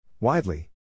Widely